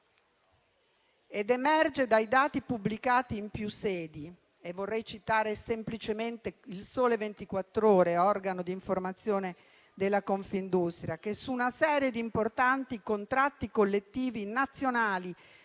Emerge dai dati pubblicati in più sedi e vorrei citare semplicemente il «Sole 24 Ore», organo d'informazione della Confindustria: da una serie di importanti contratti collettivi nazionali,